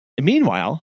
meanwhile